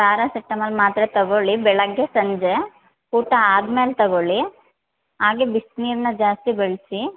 paracetamol ಮಾತ್ರೆ ತೊಗೊಳಿ ಬೆಳಿಗ್ಗೆ ಸಂಜೆ ಊಟ ಆದ ಮೇಲೆ ತೊಗೊಳ್ಳಿ ಹಾಗೇ ಬಿಸಿನೀರ್ನ ಜಾಸ್ತಿ ಬಳಸಿ